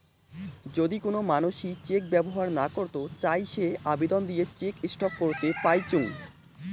যদি কোন মানসি চেক ব্যবহর না করত চাই সে আবেদন দিয়ে চেক স্টপ করত পাইচুঙ